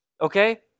Okay